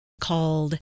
called